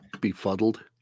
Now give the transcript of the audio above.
befuddled